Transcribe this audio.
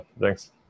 thanks